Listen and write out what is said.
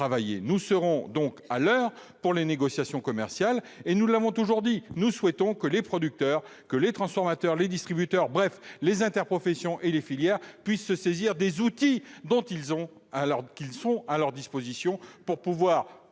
Nous serons à l'heure pour les négociations commerciales. Nous l'avons toujours dit : nous souhaitons que les producteurs, les transformateurs, les distributeurs, bref tous les acteurs des interprofessions et des filières, puissent se saisir des outils à leur disposition pour créer